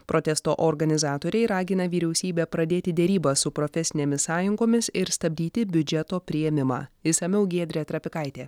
protesto organizatoriai ragina vyriausybę pradėti derybas su profesinėmis sąjungomis ir stabdyti biudžeto priėmimą išsamiau giedrė trapikaitė